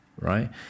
right